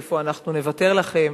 או: אנחנו נוותר לכם.